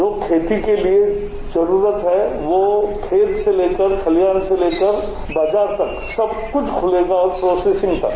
जो खेती के लिए जरूरत है वो खेत से लेकर खलिहान से लेकर बाजार तक सब कुछ खुलेगा प्रोसेसिंग तक